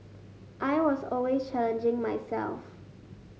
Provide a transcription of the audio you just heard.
I was always challenging myself